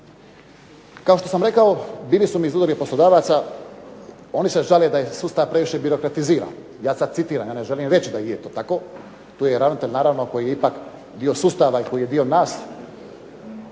Kao što sam rekao bili su mi iz Udruge poslodavaca. Oni se žale da je sustav previše birokritiziran, ja sada citiram, ja ne želim reći da je to tako. Tu je ravnatelj koji je ipak dio sustava i koji je dio nas.